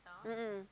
mm mm